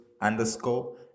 underscore